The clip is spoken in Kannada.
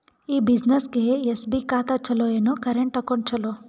ಈ ಬ್ಯುಸಿನೆಸ್ಗೆ ಎಸ್.ಬಿ ಖಾತ ಚಲೋ ಏನು, ಕರೆಂಟ್ ಅಕೌಂಟ್ ಚಲೋ?